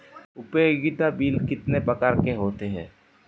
उपयोगिता बिल कितने प्रकार के होते हैं?